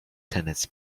tennis